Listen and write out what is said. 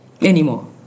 anymore